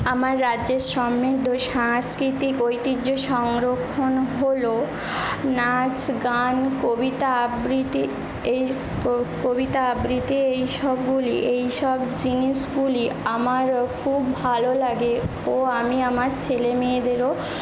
আমার রাজ্যের সমৃদ্ধ সাংস্কৃতিক ঐতিহ্য সংরক্ষণ হল নাচ গান কবিতা আবৃত্তি এই কবিতা আবৃত্তি এইসবগুলি এইসব জিনিসগুলি আমার খুব ভালো লাগে ও আমি আমার ছেলেমেয়েদেরও